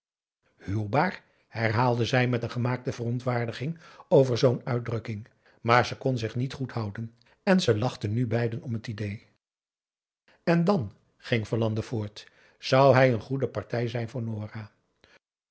huwbaar herhaalde zij met een gemaakte verontwaardiging over zoo'n uitdrukking maar ze kon zich niet goed houden en ze lachten nu beiden om het idée n dan ging verlande voort zou hij n goede partij zijn voor nora